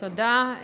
תודה.